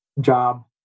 job